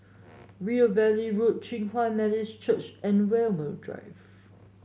River Valley Road Hinghwa Methodist Church and Walmer Drive